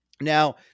Now